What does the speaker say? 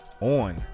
on